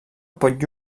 pot